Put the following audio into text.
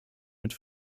mit